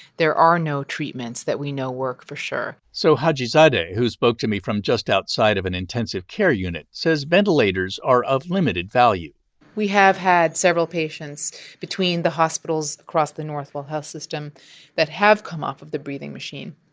there are no treatments that we know work for sure so hajizadeh, who spoke to me from just outside of an intensive care unit, says ventilators are of limited value we have had several patients between the hospitals across the northwell health system that have come off of the breathing machine,